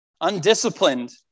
undisciplined